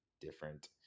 different